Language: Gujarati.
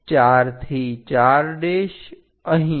4 થી 4 અહીંયા